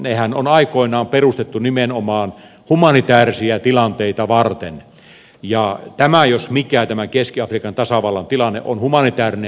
nehän on aikoinaan perustettu nimenomaan humanitäärisiä tilanteita varten ja jos mikä tämä keski afrikan tasavallan tilanne on humanitäärinen hätätilanne